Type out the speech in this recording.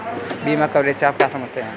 बीमा कवरेज से आप क्या समझते हैं?